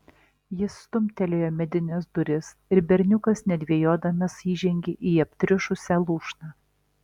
jis stumtelėjo medines duris ir berniukas nedvejodamas įžengė į aptriušusią lūšną